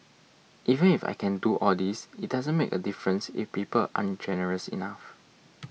even if I can do all this it doesn't make a difference if people aren't generous enough